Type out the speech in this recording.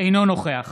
אינו נוכח